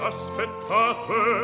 Aspettate